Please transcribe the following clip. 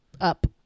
up